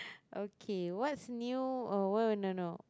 okay what's new oh what would you know